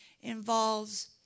involves